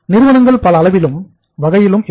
நிறுவனங்கள் பல அளவிலும் பல வகைகளிலும் இருக்கும்